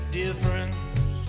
difference